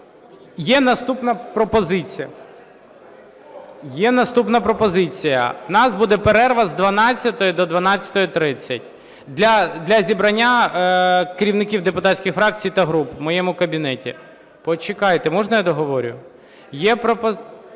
Є наступна пропозиція. В нас буде перерва з 12-ї до 12:30 для зібрання керівників депутатських фракцій та груп в моєму кабінеті. Почекайте. Можна я договорю? Заява від